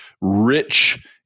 rich